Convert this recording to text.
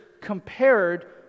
compared